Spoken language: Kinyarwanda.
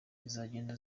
ziragenda